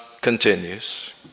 continues